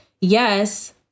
yes